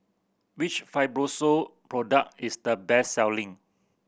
which Fibrosol product is the best selling